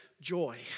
joy